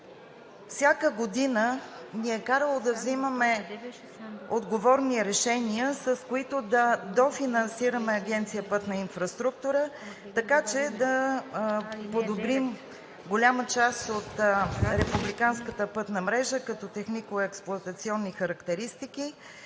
всяка година ни е карало да взимаме отговорни решения, с които да дофинансираме Агенцията „Пътна инфраструктура“, така че да подобрим голяма част от републиканската пътна мрежа като технико-експлоатационни характеристики,